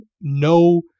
No